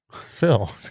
Phil